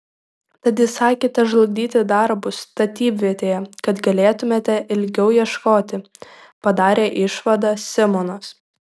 tad įsakėte žlugdyti darbus statybvietėje kad galėtumėte ilgiau ieškoti padarė išvadą simonas